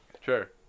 Sure